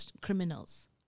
criminals